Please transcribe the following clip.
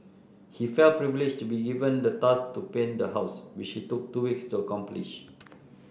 he felt privileged to be given the task to paint the house which he took two weeks to accomplish